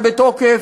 היה בתוקף,